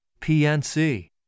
PNC